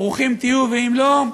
ברוכים תהיו, ואם לא,